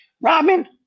Robin